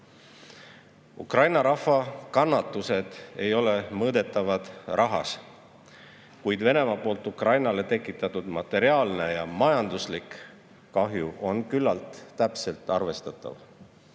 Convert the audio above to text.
kahju. Ukraina rahva kannatused ei ole mõõdetavad rahas, kuid Venemaa poolt Ukrainale tekitatud materiaalne ja majanduslik kahju on küllalt täpselt arvestatav.